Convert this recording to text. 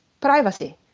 privacy